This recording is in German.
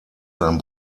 sein